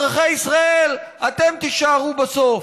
אזרחי ישראל, אתם תישארו בסוף,